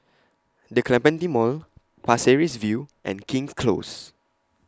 The Clementi Mall Pasir Ris View and King's Close